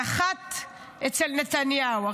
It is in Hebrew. נחת אצל נתניהו.